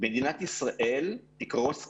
מדינת ישראל תקרוס כלכלית.